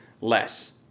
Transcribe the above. less